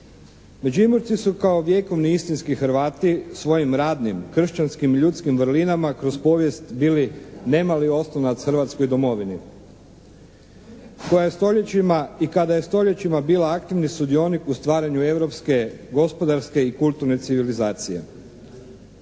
Međimurci su kao vjekovni i istinski Hrvati svojim radnim, kršćanskim i ljudskim vrlinama kroz povijesti bili nemali oslonac hrvatskoj domovini koja je stoljećima i kada je stoljećima bila aktivni sudionik u stvaranju europske, gospodarske i kulturne civilizacije.